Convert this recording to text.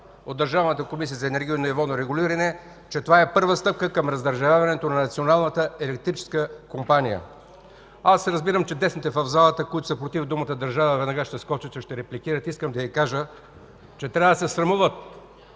от Държавната комисия за енергийно и водно регулиране, че това е първата стъпка към раздържавяването на Националната електрическа компания! Разбирам, че десните в залата, които са против думата „държавна”, веднага ще скочат и ще репликират. Искам да им кажа, че трябва да се срамуват